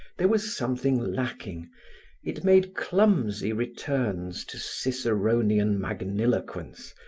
there was something lacking it made clumsy returns to ciceronian magniloquence,